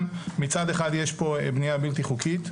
מצד אחד יש פה בנייה בלתי חוקית,